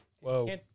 Whoa